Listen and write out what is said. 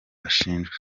bashinjwa